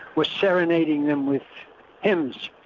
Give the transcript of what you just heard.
were serenading them with hymns,